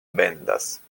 vendas